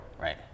Right